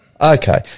Okay